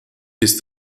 ist